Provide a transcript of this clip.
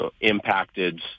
Impacted